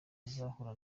azahura